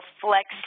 flex